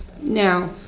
now